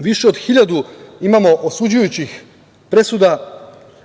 više od 1.000 imamo osuđujućih presuda,